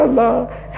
Allah